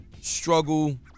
struggle